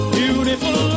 beautiful